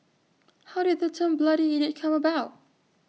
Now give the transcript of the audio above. how did the term bloody idiot come about